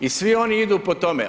I svi oni idu po tome.